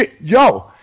Yo